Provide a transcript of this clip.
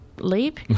leap